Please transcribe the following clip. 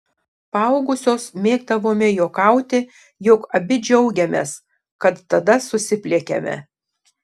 paaugusios mėgdavome juokauti jog abi džiaugiamės kad tada susipliekėme